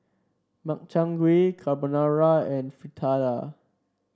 Makchang Gui Carbonara and Fritada